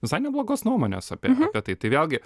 visai neblogos nuomonės apie apie tai vėlgi